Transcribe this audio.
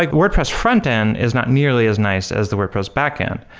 like wordpress frontend is not nearly as nice as the wordpress backend.